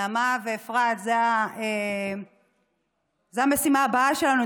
נעמה ואפרת, זאת המשימה הבאה שלנו.